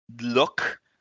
look